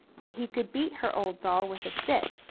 that he could beat her old doll with a stick,